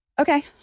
Okay